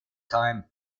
time